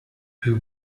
who